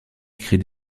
écrit